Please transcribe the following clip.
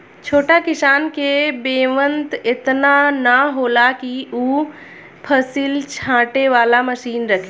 छोट किसान के बेंवत एतना ना होला कि उ फसिल छाँटे वाला मशीन रखे